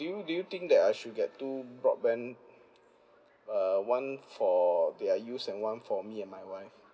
do you do you think that I should get two broadband uh one for their use and one for me and my wife